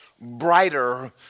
brighter